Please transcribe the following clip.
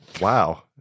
Wow